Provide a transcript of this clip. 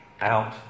out